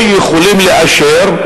לא יכולים לאשר,